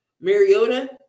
Mariota